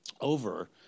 over